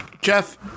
Jeff